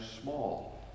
small